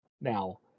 now